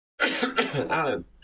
Alan